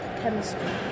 chemistry